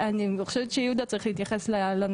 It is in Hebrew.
אני חושבת שיהודה צריך להתייחס לזה